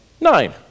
nine